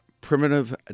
primitive